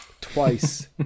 twice